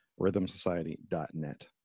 rhythmsociety.net